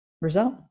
result